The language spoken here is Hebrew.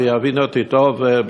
ויבינו אותי טוב,